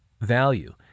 value